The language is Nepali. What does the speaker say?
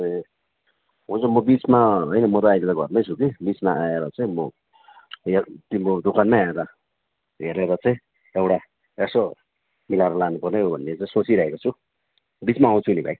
ए हुन्छ म बिचमा होइन म अहिले त घरमै छु कि बिचमा आएर चाहिँ म हेर तिम्रो दोकानमै आएर हेरेर चाहिँ एउटा यसो मिलाएर लानु पऱ्यो हौ भन्ने चाहिँ सोचिरहेको छु बिचमा आउँछु नि भाइ